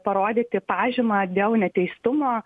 parodyti pažymą dėl neteistumo